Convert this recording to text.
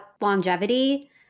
longevity